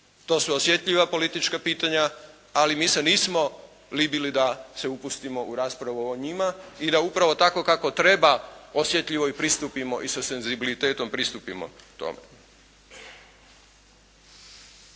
To su osjetljiva politička pitanja ali mi se nismo libili da se upustimo u raspravu o njima i da upravo tako kako treba osjetljivo i pristupimo i sa senzibilitetom pristupimo tome.